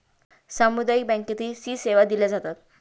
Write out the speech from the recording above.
सामुदायिक बँकेतही सी सेवा दिल्या जातात